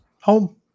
home